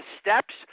steps